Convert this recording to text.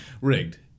Rigged